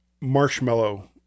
marshmallow